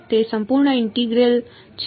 તે સંપૂર્ણ ઇન્ટેગ્રલ છે